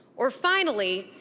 or finally,